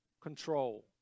control